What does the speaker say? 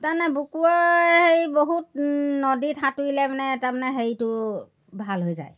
তাৰমানে বুকুৰ হেৰি বহুত নদীত সাঁতুৰিলে মানে তাৰমানে হেৰিটো ভাল হৈ যায়